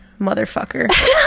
Motherfucker